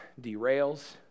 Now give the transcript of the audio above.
derails